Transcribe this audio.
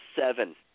seven